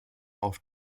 auf